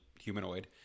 humanoid